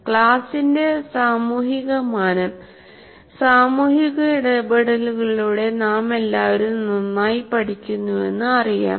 ക്ലാസിന്റെ സാമൂഹിക മാനം സാമൂഹിക ഇടപെടലുകളിലൂടെ നാമെല്ലാവരും നന്നായി പഠിക്കുന്നുവെന്ന് അറിയാം